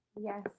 Yes